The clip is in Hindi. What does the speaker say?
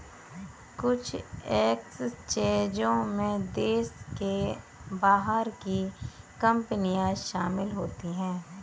कुछ एक्सचेंजों में देश के बाहर की कंपनियां शामिल होती हैं